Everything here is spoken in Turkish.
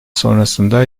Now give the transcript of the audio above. sonrasında